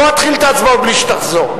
לא אתחיל את ההצבעות בלי שתחזור.